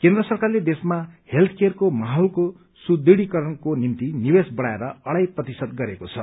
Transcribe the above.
केन्द्र सरकारले देशमा हेल्थकेयरको माहौलको सुदृढ़ीकरणको निम्ति निवेश बढ़ाएर अढ़ाई प्रतिश्रत गरेको छ